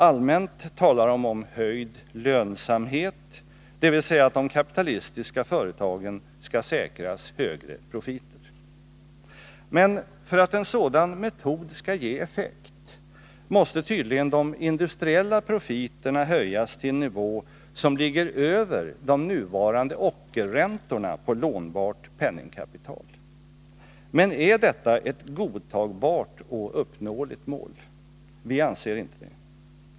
Allmänt talar de om höjd lönsamhet, dvs. att de kapitalistiska företagen skall säkras högre profiter. Men för att en sådan metod skall ge effekt måste tydligen de industriella profiterna höjas till en nivå som ligger över de nuvarande ockerräntorna på lånbart penningkapital. Men är detta ett godtagbart och uppnåeligt mål? Vi anser inte det.